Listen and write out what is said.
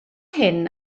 hyn